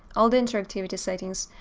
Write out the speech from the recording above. all the interactivity settings,